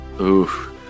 oof